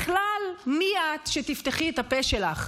בכלל, מי את שתפתחי את הפה שלך?